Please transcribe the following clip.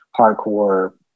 hardcore